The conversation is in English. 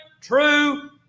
true